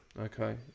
okay